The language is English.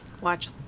Watch